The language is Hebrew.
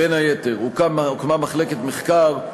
בין היתר, הוקמה מחלקת מחקר,